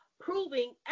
proving